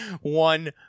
one